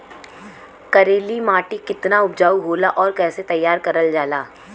करेली माटी कितना उपजाऊ होला और कैसे तैयार करल जाला?